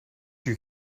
you